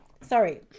Sorry